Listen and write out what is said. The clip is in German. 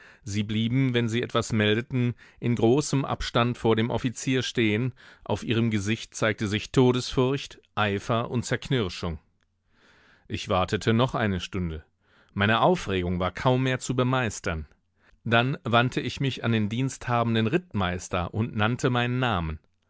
sie blieben wenn sie etwas meldeten in großem abstand vor dem offizier stehen auf ihrem gesicht zeigte sich todesfurcht eifer und zerknirschung ich wartete noch eine stunde meine aufregung war kaum mehr zu bemeistern dann wandte ich mich an den diensthabenden rittmeister und nannte meinen namen